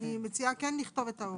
אני מציעה כן לכתוב את ההורה.